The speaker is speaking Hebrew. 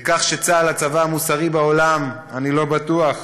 לכך שצה"ל הוא הצבא המוסרי בעולם, אני לא בטוח.